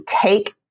take